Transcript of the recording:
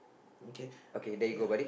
okay ya